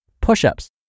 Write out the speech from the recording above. push-ups